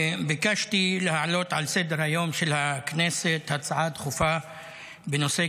ביקשתי להעלות על סדר-היום של הכנסת הצעה דחופה בנושא: